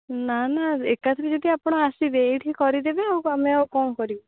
ନା ନା ଏକାଥରେ ଯଦି ଆପଣ ଆସିବେ ଏଇଠି କରିଦେବେ ଆଉ ଆମେ ଆଉ କ'ଣ କରିବୁ